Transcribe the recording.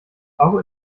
auch